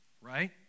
right